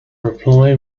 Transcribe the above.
reply